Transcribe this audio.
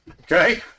Okay